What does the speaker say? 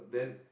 mm